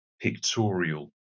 pictorial